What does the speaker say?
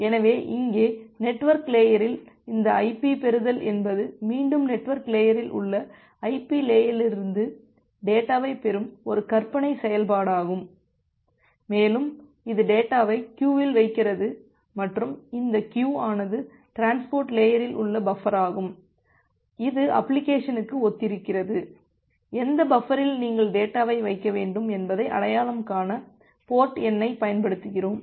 எனவே இங்கே நெட்வொர்க் லேயரில் இந்த ஐபி பெறுதல் என்பது மீண்டும் நெட்வொர்க் லேயரில் உள்ள ஐபி லேயரிலிருந்து டேட்டாவைப் பெறும் ஒரு கற்பனையான செயல்பாடாகும் மேலும் இது டேட்டாவை க்கியுவில் வைக்கிறது மற்றும் இந்த க்கியு ஆனது டிரான்ஸ்போர்ட் லேயரில் உள்ள பஃபராகும் இது அப்ளிகேஷனுக்கு ஒத்திருக்கிறது எந்த பஃபரில் நீங்கள் டேட்டாவை வைக்க வேண்டும் என்பதை அடையாளம் காண போர்ட் எண்ணைப் பயன்படுத்துகிறோம்